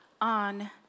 on